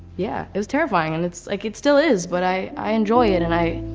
yeah, it was terrifying. and it's like, it still is, but i i enjoy it and i.